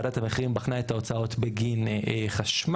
ועדת המחירים בחנה את ההוצאות בגין חשמל,